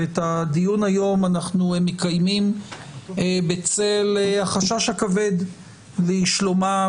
ואת הדיון היום אנחנו מקיימים בצל החשש הכבד לשלומם,